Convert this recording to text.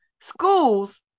schools